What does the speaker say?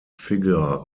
figure